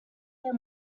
der